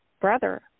brother